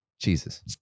Jesus